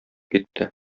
китте